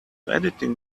editing